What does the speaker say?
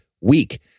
week